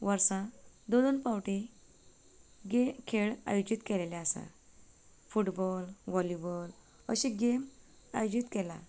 वर्सांत दोन दोन फावटीं खूब खेळ आयोजीत केल्ले आसा फुटबाॅल वाॅलीबाॅल अशी गेम आयोजीत केला